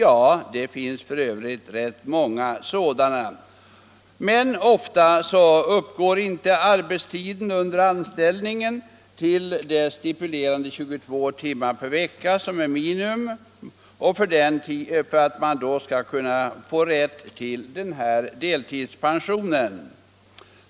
Arbetstiden för en sådan deltidsanställning uppgår sällan till de stipulerade 22 timmarna per vecka som är minimum för att man skall kunna ha rätt till delpension.